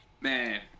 man